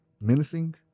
menacing